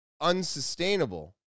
unsustainable